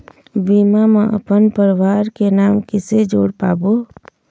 बीमा म अपन परवार के नाम किसे जोड़ पाबो?